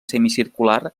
semicircular